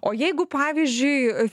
o jeigu pavyzdžiui